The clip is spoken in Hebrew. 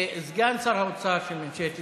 סגן שר האוצר של ממשלת ישראל,